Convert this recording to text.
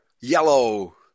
yellow